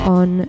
on